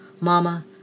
Mama